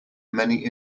many